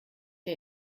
der